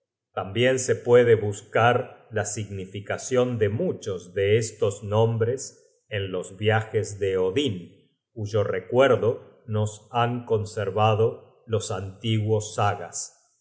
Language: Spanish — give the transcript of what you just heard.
tambien se puede buscar la significacion de muchos de estos nombres en los viajes de odin cuyo recuerdo nos han conservado los antiguos sagas